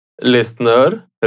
Listener